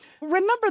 Remember